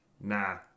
nah